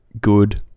good